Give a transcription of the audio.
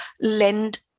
lend